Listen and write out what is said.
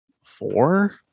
four